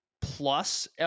plus